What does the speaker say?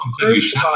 first